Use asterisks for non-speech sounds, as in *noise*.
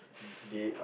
*breath*